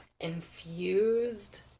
infused